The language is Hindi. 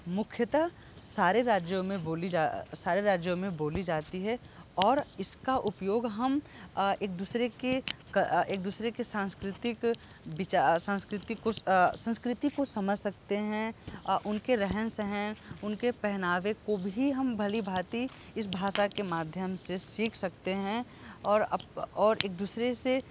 मुख्यतः सारे राज्यों में बोली जा सारे राज्यों में बोली जाती है और इसका उपयोग हम एक दूसरे के एक दूसरे के सांस्कृतिक बिचा सांस्कृति को संस्कृति को समझ सकते हैं उनके रहन सहन उनके पहनावे को भी हम भली भांति इस भाषा के माध्यम से सीख सकते हैं और अप और एक दूसरे से